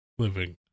Living